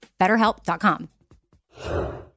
BetterHelp.com